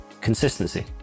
consistency